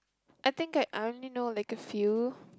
I think I only know like a few